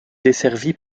desservie